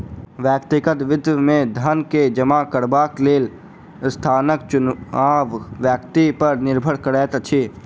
व्यक्तिगत वित्त मे धन के जमा करबाक लेल स्थानक चुनाव व्यक्ति पर निर्भर करैत अछि